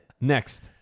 Next